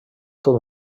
tot